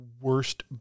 worst